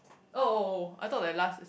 oh oh oh I thought that last